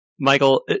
Michael